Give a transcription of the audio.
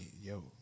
yo